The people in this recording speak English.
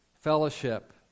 fellowship